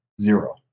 Zero